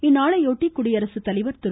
இந்நாளையொட்டி குடியரசு தலைவர் திரு